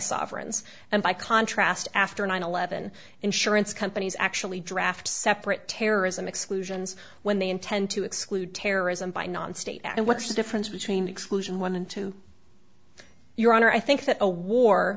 sovereigns and by contrast after nine eleven insurance companies actually draft separate terrorism exclusions when they intend to exclude terrorism by non state and what's the difference between exclusion one and two your honor i think that a war